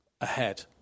ahead